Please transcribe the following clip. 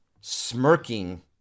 smirking